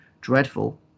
dreadful